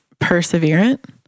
perseverant